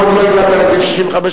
הואיל ועוד לא הגעת לגיל 65,